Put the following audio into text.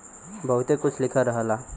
बहुते कुछ लिखल रहला